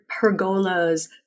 pergolas